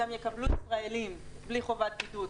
גם יקבלו ישראלים בלי חובת בידוד.